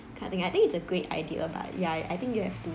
I think I think it's a great idea but ya I think you have to